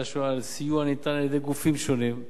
השואה על סיוע הניתן על-ידי גופים שונים,